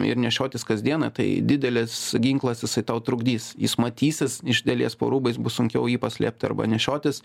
ir nešiotis kas dieną tai didelis ginklas jisai tau trukdys jis matysis iš dalies po rūbais bus sunkiau jį paslėpt arba nešiotis